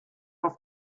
oft